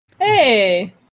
Hey